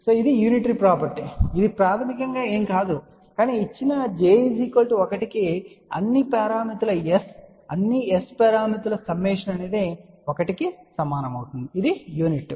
కాబట్టి ఇది unitary property ఇది ప్రాథమికంగా ఏమీ కాదు కానీ ఇచ్చిన j 1 కి అన్ని S పారామితుల సమ్మేషన్ 1 కు సమానం అవుతుంది ఇది యూనిట్